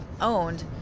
owned